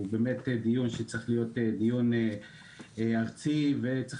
לדעתי הדיון הוא באמת דיון שצריך להיות ארצי וצריך